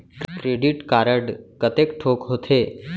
Credit card कतेक ठोक होथे?